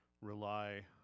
rely